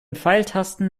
pfeiltasten